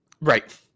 Right